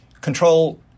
control